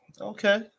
Okay